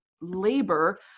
labor